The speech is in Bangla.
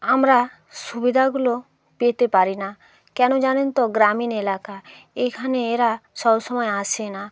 আমরা সুবিধাগুলো পেতে পারি না কেন জানেন তো গ্রামীণ এলাকা এখানে এরা সব সময় আসে না